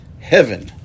heaven